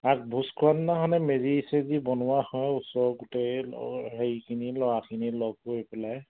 আগ ভোজ খোৱা দিনাখনে মেজি চেজি বনোৱা হয় ওচৰ গোটেই ল হেৰিখিনি ল'ৰাখিনি লগ হৈ পেলাই